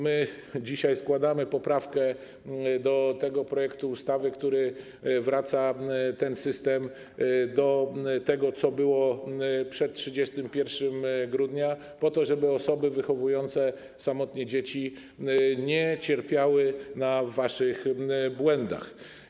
My dzisiaj składamy poprawkę do tego projektu ustawy, który przywraca ten system do tego, co było przed 31 grudnia, po to, żeby osoby wychowujące samotnie dzieci nie cierpiały na waszych błędach.